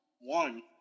One